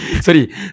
Sorry